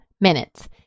minutes